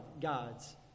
gods